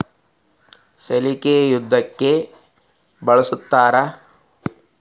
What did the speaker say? ಸಲಿಕೆ ಯದಕ್ ಬಳಸ್ತಾರ?